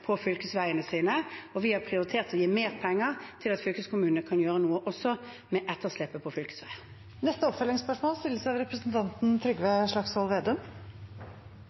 på fylkesveiene sine, og vi har prioritert å gi mer penger til at fylkeskommunene kan gjøre noe også med etterslepet på fylkesveier. Trygve Slagsvold Vedum – til oppfølgingsspørsmål.